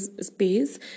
space